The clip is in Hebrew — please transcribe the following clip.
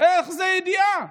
איך זה ידיעה?